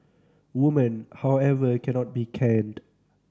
women however cannot be caned